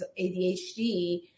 adhd